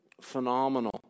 phenomenal